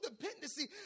dependency